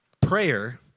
Prayer